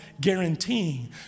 guaranteeing